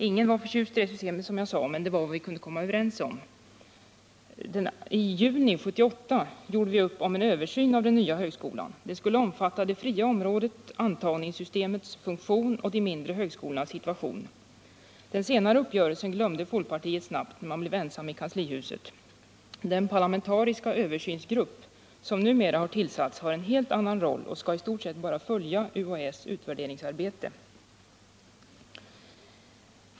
Ingen var, som jag sade, förtjust i det systemet, men det var vad vi kunde komma överens om. I juni 1978 gjorde vi upp om en översyn av den nya högskolan. Den skulle omfatta det fria området, antagningssystemets funktion och de mindre högskolornas situation. Den senare uppgörelsen glömde folkpartiet snabbt när man blev ensam i kanslihuset. Den parlamentariska översynsgrupp som numera är tillsatt har en helt annan roll och skall i stort sett bara följa UHÄ:s utvärderingsarbete.